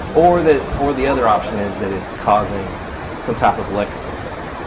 or the or the other option is that it's causing some type of electrical effect.